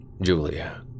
Julia